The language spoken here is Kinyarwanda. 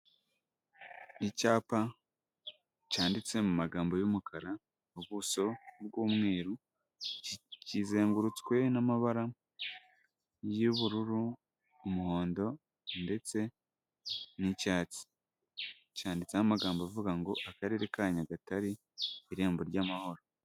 Icyapa cyanditse mu magambo y'umukara, ubuso bw'umweru, kizengurutswe n'amabara y'ubururu, umuhondo ndetse n'icyatsi. Cyanditseho amagambo avuga ngo Akarere ka Nyagatare irembo ry'amahoro.